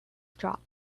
drop